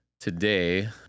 today